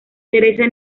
teresa